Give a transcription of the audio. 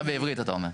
עכשיו בעברית אתה אומר?